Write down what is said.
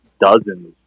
dozens